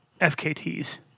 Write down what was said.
FKTs